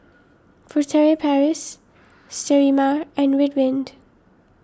Furtere Paris Sterimar and Ridwind